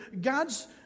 God's